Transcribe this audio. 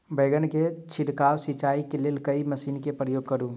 बैंगन केँ छिड़काव सिचाई केँ लेल केँ मशीन केँ प्रयोग करू?